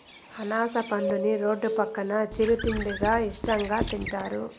అనాస పండుని రోడ్డు పక్కన చిరు తిండిగా ఇష్టంగా తింటారు